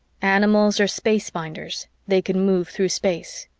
animals are space-binders they can move through space.